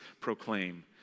proclaim